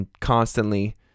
constantly